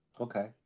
Okay